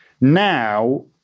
now